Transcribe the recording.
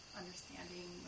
understanding